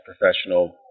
professional